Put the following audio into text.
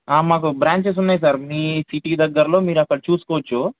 మాకు బ్రాంచెస్ ఉన్నాయి సార్ మీ సిటీ దగ్గరలో మీరు అక్కడ చూసుకోవచ్చు